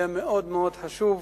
היה מאוד מאוד חשוב,